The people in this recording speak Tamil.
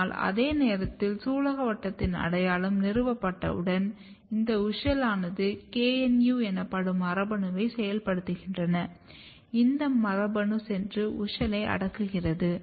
ஆனால் அதே நேரத்தில் சூலகவட்டத்தின் அடையாளம் நிறுவப்பட்டவுடன் இந்த WUSCHEL ஆனது KNU எனப்படும் மரபணுவை செயல்படுத்துகிறது இந்த மரபணு சென்று WUSCHEL ஐ அடக்குகிறது